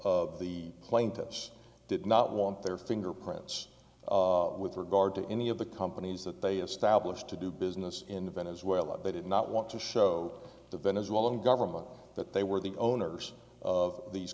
of the plaintiffs did not want their fingerprints with regard to any of the companies that they established to do business in venezuela they did not want to show the venezuelan government that they were the owners of these